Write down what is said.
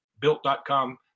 Built.com